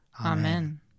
Amen